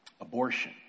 Abortion